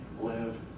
live